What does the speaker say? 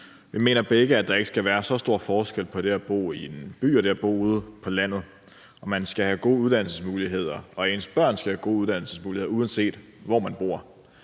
Vi mener begge, at der ikke skal være så stor forskel på det at bo i en by og det at bo ude på landet. Man skal have gode uddannelsesmuligheder, og ens børn skal have gode uddannelsesmuligheder, uanset hvor man bor.